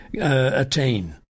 attain